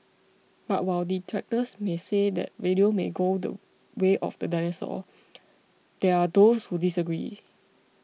but while detractors may say that radio may go the way of the dinosaur there are those who disagree